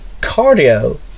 Cardio